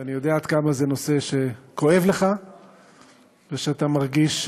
ואני יודע עד כמה זה נושא שכואב לך ושאתה מרגיש,